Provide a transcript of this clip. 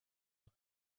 like